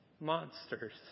monsters